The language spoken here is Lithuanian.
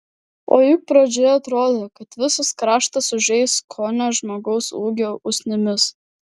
o juk pradžioje atrodė kad visas kraštas užeis kone žmogaus ūgio usnimis